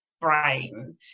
brain